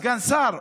סגן שר,